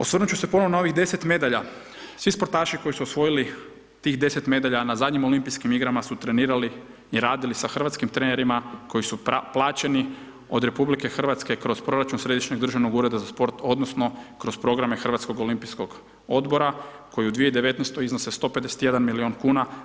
Osvrnuti ću se ponovno na ovih 10 medalja, svi sportaši koji su osvojili tih 10 medalja, na zadnjim Olimpijskim igrama su trenirali i radili sa hrvatskim trenerima, koji su plaćeni od RH, kroz proračun Središnjeg državnog ureda za sport, odnosno, kroz programe Hrvatskog olimpijskog odbora, koji u 2019. iznose 151 milijun kn.